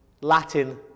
Latin